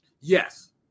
Yes